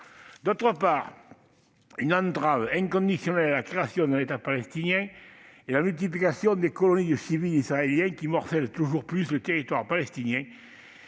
D'autre part, une entrave inconditionnelle à la création d'un État palestinien est la multiplication des colonies de civils israéliens, qui morcellent toujours plus le territoire palestinien